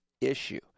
issue